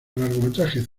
largometraje